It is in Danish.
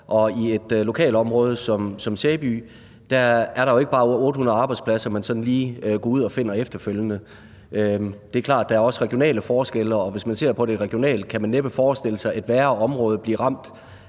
og i et lokalområde som Sæby er der jo ikke bare 800 arbejdspladser, man sådan lige går ud og finder efterfølgende. Det er klart, at der også er regionale forskelle, og hvis man ser på det regionalt, kan man næppe forestille sig et værre område til at